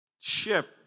ship